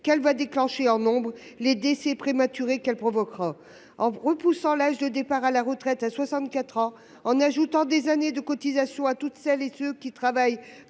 qu'elle va déclencher en nombre, les décès prématurés qu'elle va provoquer. En repoussant l'âge de départ à la retraite à 64 ans, en ajoutant des années de cotisation à toutes celles et à tous ceux qui travaillent,